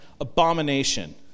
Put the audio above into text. abomination